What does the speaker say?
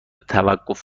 توقف